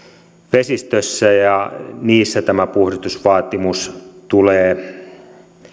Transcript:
vesistöistä ja niissä tämä puhdistusvaatimus tulee